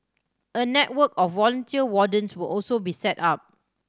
a network of volunteer wardens will also be set up